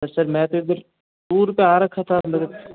पर सर मैं तो इधर टूर पर आ रखा था मतलब